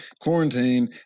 quarantine